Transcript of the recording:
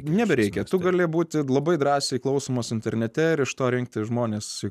nebereikia tu gali būti labai drąsiai klausomas internete ir iš to rinkti žmones į